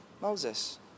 Moses